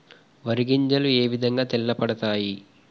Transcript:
వరి గింజలు ఏ విధంగా తెల్ల పడతాయి?